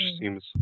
seems